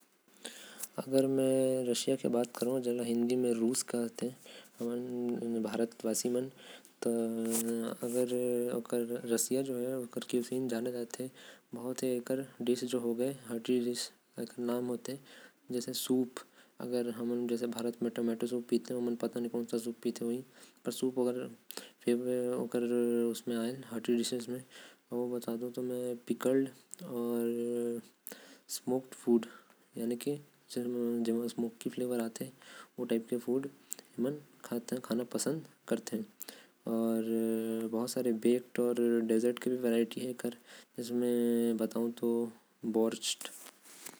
रशिया जेके हमन रूस के नाम से जानथि। रूस के पाक शैली में सूप आथे। वहां के मन सब्जी खाथे जेमे आलू। पत्तागोबि अउ चुकंदर आएल। स्मोक्ड खाना भी ओमन खाथे।